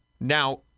now